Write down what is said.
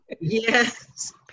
Yes